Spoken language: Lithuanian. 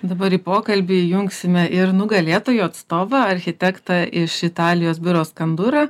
dabar į pokalbį įjungsime ir nugalėtojų atstovą architektą iš italijos biuro skandura